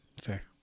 Fair